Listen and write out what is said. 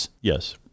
yes